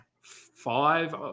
five